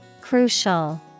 Crucial